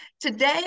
Today